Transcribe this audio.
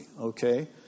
okay